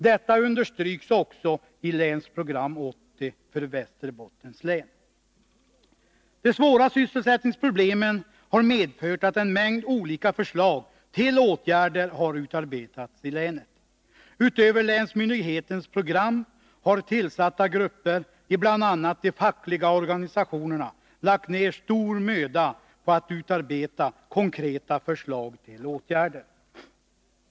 Detta understryks också i Länsprogram 80 för Västerbottens län. De svåra sysselsättningsproblemen har medfört att en mängd olika förslag till åtgärder har utarbetats i länet. Utöver länsmyndighetens program har tillsatta grupper, bl.a. i de fackliga organisationerna, lagt ner stor möda på att utarbeta konkreta förslag till åtgärder.